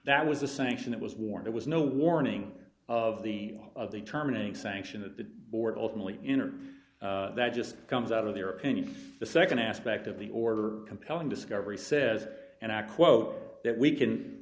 that was a sanction it was warm there was no warning of the law of the terminating sanction that the board ultimately in or that just comes out of their opinion the nd aspect of the order compelling discovery says and i quote that we can